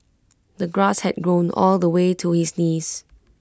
the grass had grown all the way to his knees